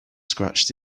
scratched